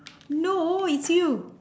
no it's you